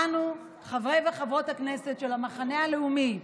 אנו, חברי וחברות הכנסת של המחנה הלאומי,